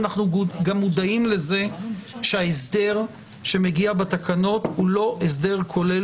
ואנחנו גם מודעים לזה שההסדר שמגיע בתקנות הוא לא הסדר כולל